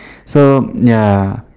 so ya